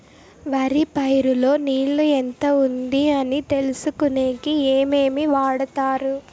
వరి పైరు లో నీళ్లు ఎంత ఉంది అని తెలుసుకునేకి ఏమేమి వాడతారు?